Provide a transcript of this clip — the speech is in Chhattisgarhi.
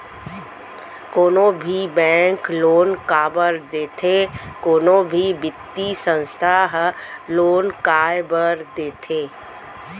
कोनो भी बेंक लोन काबर देथे कोनो भी बित्तीय संस्था ह लोन काय बर देथे?